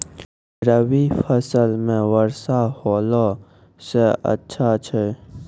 रवी फसल म वर्षा होला से अच्छा छै?